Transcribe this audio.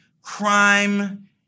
Crime